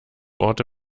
orte